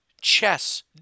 chess